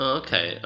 okay